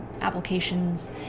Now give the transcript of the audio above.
applications